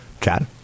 Chad